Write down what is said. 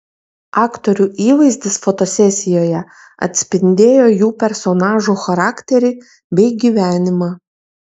aktorių įvaizdis fotosesijoje atspindėjo jų personažų charakterį bei gyvenimą